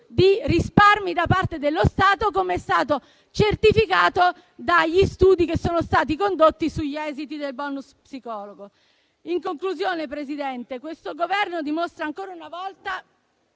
maggiori da parte dello Stato, com'è stato certificato dagli studi che sono stati condotti sugli esiti del *bonus* psicologo. In conclusione, signora Presidente, questo Governo dimostra ancora una volta